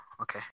Okay